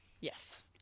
Yes